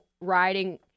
riding